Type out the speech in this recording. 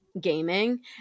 gaming